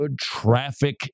traffic